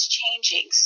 changing